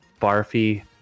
barfy